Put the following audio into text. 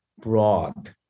broad